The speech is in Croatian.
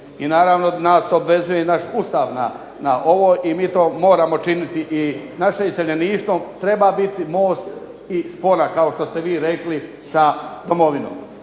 I naravno nas obvezuje i naš Ustav na ovo i mi to moramo činiti, i naše iseljeništvo treba biti most i spona kao što ste vi rekli sa domovinom.